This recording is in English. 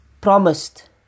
promised